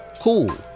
cool